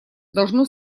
должно